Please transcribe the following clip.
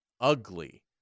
ugly